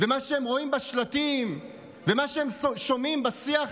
ומה שהם רואים בשלטים ומה שהם שומעים בשיח